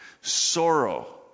sorrow